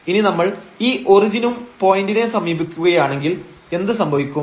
ഇനി നമ്മൾ ഈ ഒറിജിനും പോയന്റിനെ സമീപിക്കുകയാണെങ്കിൽ എന്ത് സംഭവിക്കും